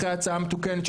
אחרי ההצעה המתוקנת,